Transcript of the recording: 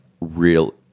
real